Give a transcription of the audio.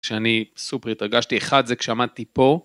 כשאני סופר התרגשתי אחד זה כשעמדתי פה